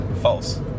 False